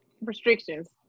restrictions